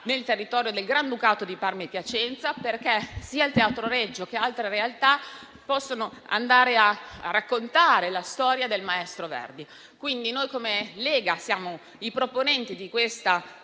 del territorio del Granducato di Parma e Piacenza, perché sia il Teatro Regio che altre realtà possono raccontare la storia del maestro Verdi. Noi del Gruppo Lega, siamo i fautori di questa